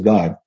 God